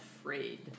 afraid